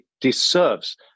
deserves